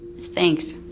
Thanks